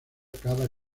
cada